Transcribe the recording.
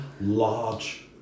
large